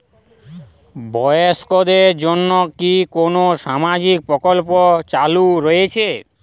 বয়স্কদের জন্য কি কোন সামাজিক প্রকল্প চালু রয়েছে?